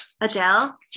Adele